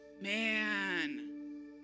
Man